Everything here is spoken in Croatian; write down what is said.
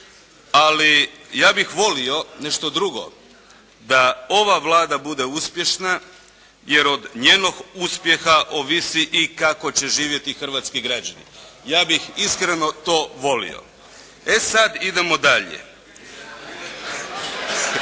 Ali ja bih volio nešto drugo, da ova Vlada bude uspješna jer od njenog uspjeha ovisi i kako će živjeti hrvatski građani. Ja bih iskreno to volio. E sad idemo dalje.